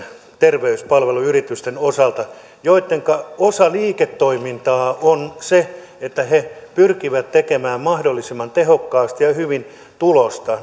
terveyspalveluyritysten osalta joittenka osa liiketoimintaa on se että he pyrkivät tekemään mahdollisimman tehokkaasti ja hyvin tulosta